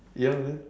ya man